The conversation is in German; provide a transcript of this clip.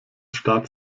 starrt